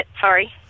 Sorry